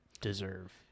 deserve